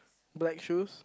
black shoes